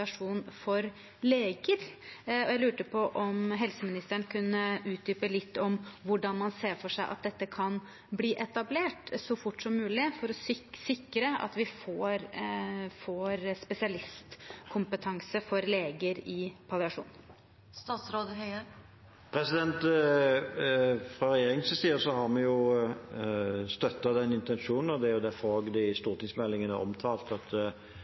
for leger. Jeg lurte på om helseministeren kunne utdype litt hvordan man ser for seg at dette kan bli etablert så fort som mulig for å sikre at vi får spesialistkompetanse for leger i palliasjon. Fra regjeringens side har vi støttet den intensjonen, og det er derfor det i stortingsmeldingen er omtalt at